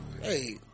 hey